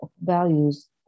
values